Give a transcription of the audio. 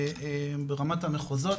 ברמת המחוזות,